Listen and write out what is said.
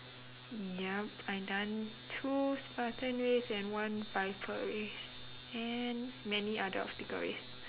yup I done two spartan race and one viper race and many adults sticker race